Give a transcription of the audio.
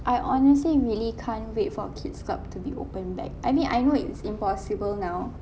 I honestly really can't wait for kids club to be open back I mean I know it's impossible now